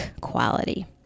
quality